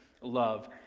love